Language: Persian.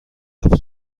رفت